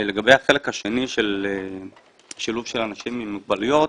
לגבי החלק השני של שילוב של אנשים עם מוגבלויות.